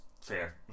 fair